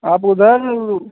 आप उधर